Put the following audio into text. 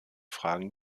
fragen